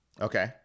Okay